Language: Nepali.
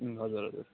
ए हजुर हजुर